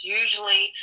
usually